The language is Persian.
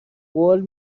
قول